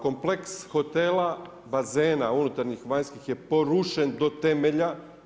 Kompleks hotela, bazena, unutarnjih, vanjskih je porušen do temelja.